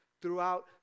throughout